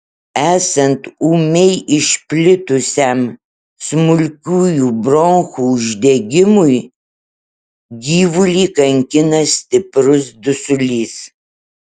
esant ūmiai išplitusiam smulkiųjų bronchų uždegimui gyvulį kankina stiprus dusulys